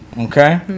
Okay